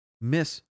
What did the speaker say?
Miss